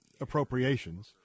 appropriations